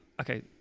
Okay